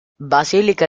basilica